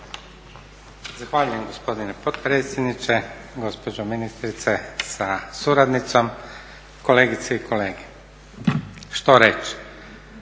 Zahvaljujem gospodine potpredsjedniče. Gospođo ministrice sa suradnicom, kolegice i kolege. Što reći?